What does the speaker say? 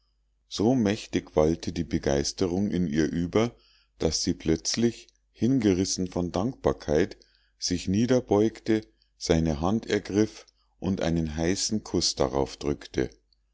so mächtig wallte die begeisterung in ihr über daß sie plötzlich hingerissen von dankbarkeit sich niederbeugte seine hand ergriff und einen heißen kuß darauf drückte